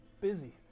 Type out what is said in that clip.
busy